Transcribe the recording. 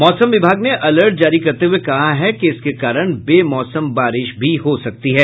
मौसम विभाग ने अलर्ट जारी करते हुये कहा है कि इसके कारण वे मौसम बारिश भी हो सकती है